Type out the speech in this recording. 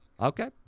Okay